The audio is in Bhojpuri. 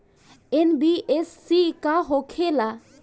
एन.बी.एफ.सी का होंखे ला?